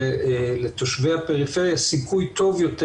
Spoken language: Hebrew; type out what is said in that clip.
לתושבי הפריפריה סיכוי טוב יותר,